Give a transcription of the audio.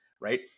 right